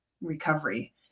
recovery